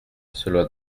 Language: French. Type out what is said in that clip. cela